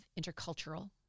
intercultural